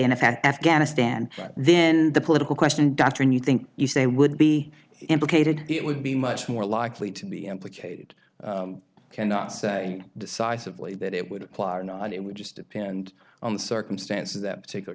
effect afghanistan then the political question doctrine you think you say would be implicated it would be much more likely to be implicated cannot say decisively that it would apply or not it would just depend on the circumstances that particular